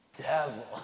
devil